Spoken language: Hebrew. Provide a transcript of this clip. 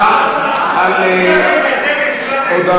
להצבעה על הודעתו